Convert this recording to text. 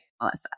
Melissa